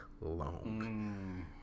long